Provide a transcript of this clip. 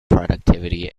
productivity